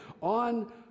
on